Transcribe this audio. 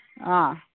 ꯑꯥ